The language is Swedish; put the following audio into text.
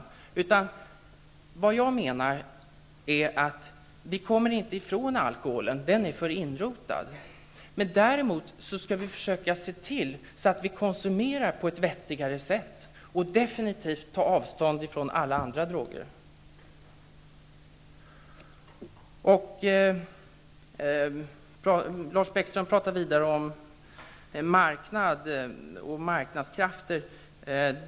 Det jag menar är att vi inte kommer ifrån alkoholen. Den är för inrotad. Däremot skall vi försöka se till att vi konsumerar på ett vettigare sätt och definitivt tar avstånd från alla andra droger. Lars Bäckström talar vidare om marknaden och marknadskrafter.